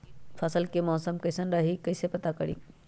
कल के मौसम कैसन रही कई से पता करी?